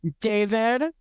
david